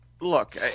look